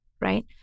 right